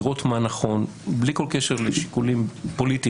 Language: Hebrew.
לראות מה נכון וזה בלי כל קשר לשיקולים פוליטיים,